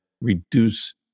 reduce